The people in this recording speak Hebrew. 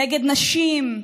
נגד נשים,